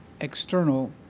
external